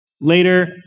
later